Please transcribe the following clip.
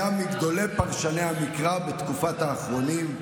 היה מגדולי פרשני המקרא בתקופת האחרונים,